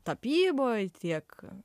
tapyboj tiek